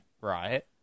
Right